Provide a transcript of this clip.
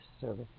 services